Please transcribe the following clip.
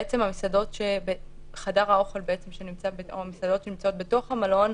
המסעדות שבתוך המלון,